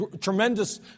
tremendous